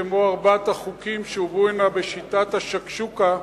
כמו ארבעת החוקים שהובאו הנה בשיטת השקשוקה,